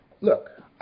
Look